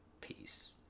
Peace